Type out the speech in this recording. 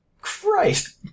Christ